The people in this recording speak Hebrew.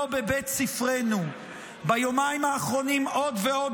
לא בבית ספרנו"; ביומיים האחרונים עוד ועוד